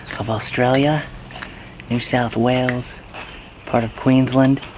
of australia new south wales part of queensland